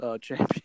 champion